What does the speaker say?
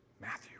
Matthew